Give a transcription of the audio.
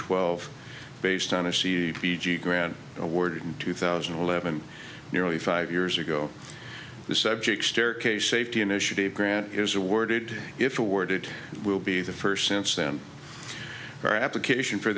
twelve based on a c v g grant awarded in two thousand and eleven nearly five years ago the subject staircase safety initiative grant is awarded if awarded will be the first since then our application for